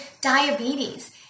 diabetes